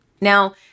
Now